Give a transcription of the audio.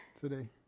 today